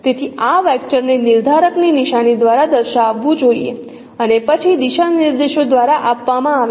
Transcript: તેથી આ વેક્ટરને નિર્ધારકની નિશાની દ્વારા દર્શાવવું જોઈએ અને પછી દિશા નિર્દેશો દ્વારા આપવામાં આવે છે